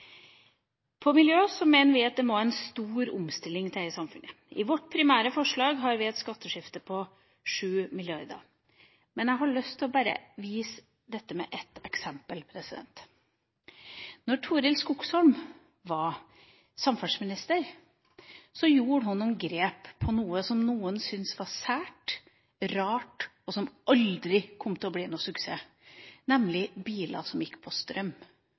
gjelder miljø, mener vi det må til en stor omstilling i samfunnet. I vårt primære forslag har vi et skatteskifte på 7 mrd. kr. Jeg har lyst til å vise dette med et eksempel. Da Torild Skogsholm var samferdselsminister, gjorde hun noen grep som noen syntes var sært, rart og som noen sa aldri kom til å bli en suksess, nemlig biler som gikk på strøm.